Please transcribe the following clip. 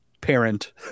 parent